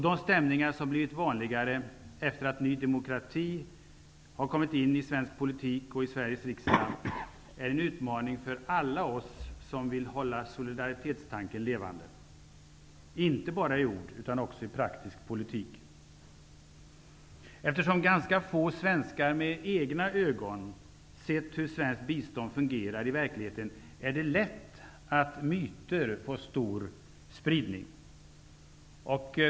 De stämningar som blivit vanligare sedan Ny demokrati har kommit in i svensk politik och i Sveriges riksdag är en utmaning för alla oss som vill hålla solidaritetstanken levande inte bara i ord utan också i praktisk politik. Eftersom ganska få svenskar med egna ögon sett hur svenskt bistånd fungerar i verkligheten, är det lätt att myter får stor spridning.